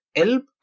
help